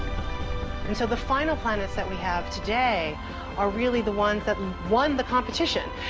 and so the final planets that we have today are really the ones that and won the competition,